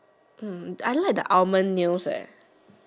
mm I like the almond nails eh